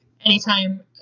anytime